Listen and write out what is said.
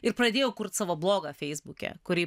ir pradėjau kurt savo blogą feisbuke kurį